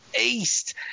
East